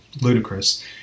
ludicrous